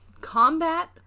Combat